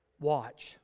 Watch